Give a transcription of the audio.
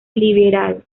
liberal